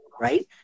right